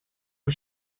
was